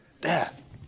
death